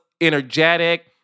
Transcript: energetic